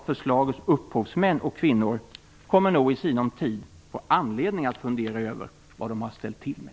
Förslagets upphovsmän kommer nog i sinom tid att få anledning att fundera över vad de har ställt till med.